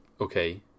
okay